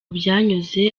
byanyuze